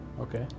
Okay